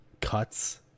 cuts